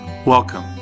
Welcome